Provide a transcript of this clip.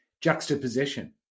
juxtaposition